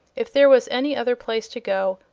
if there was any other place to go,